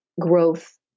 growth